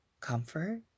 comfort